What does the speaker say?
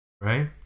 Right